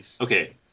Okay